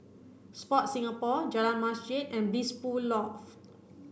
Sport Singapore Jalan Masjid and Blissful Loft